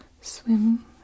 swim